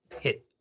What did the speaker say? hit